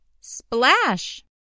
splash